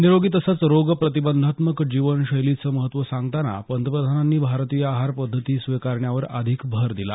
निरोगी तसंच रोग प्रतिबंधात्मक जीवनशैलीचं महत्त्व सांगताना पंतप्रधानांनी भारतीय आहार पद्धती स्वीकारण्यावर अधिक भर दिला